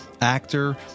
actor